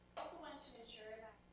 the legislature, and